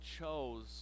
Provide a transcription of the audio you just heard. chose